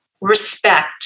respect